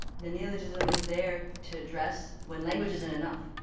the neologism is there to address when language isn't enough.